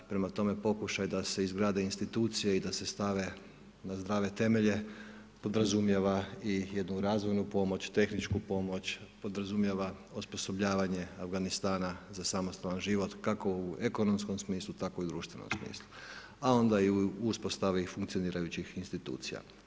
Prema tome pokušaj da se izgrade institucije i da se stave na zdrave temelje podrazumijeva i jednu razvojnu pomoć, tehničku pomoć, podrazumijeva osposobljavanje Afganistana za samostalan život kako u ekonomskom smislu tako i u društvenom smislu, a onda i u uspostavi funkcionirajućih institucija.